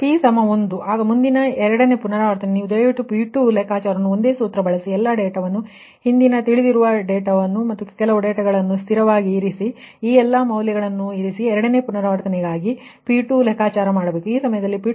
p 1 ಆಗ ಮುಂದಿನ ಎರಡನೇ ಪುನರಾವರ್ತನೆ ನೀವು ದಯವಿಟ್ಟು P2 ಲೆಕ್ಕಾಚಾರವನ್ನು ಒಂದೇ ಸೂತ್ರವನ್ನು ಬಳಸಿ ಎಲ್ಲಾ ಡೇಟಾವನ್ನು ಹಿಂದಿನ ಡೇಟಾವನ್ನು ನಿಮಗೆ ತಿಳಿದಿರುವ ಕೆಲವು ಡೇಟಾ ಸ್ಥಿರವಾಗಿ ಇರಿಸಿ ಮತ್ತು ಈ ಎಲ್ಲ ಮೌಲ್ಯಗಳಲ್ಲಿ ನೀವು ಪಡೆದದ್ದನ್ನು ಇರಿಸಿ ಮತ್ತು ನಂತರ ಎರಡನೇ ಪುನರಾವರ್ತನೆಗಾಗಿ P2 ವನ್ನು ಲೆಕ್ಕಾಚಾರ ಮಾಡಬೇಕು ಈ ಸಮಯದಲ್ಲಿ P2 ಲೆಕ್ಕ ಹಾಕಿದಾಗ 1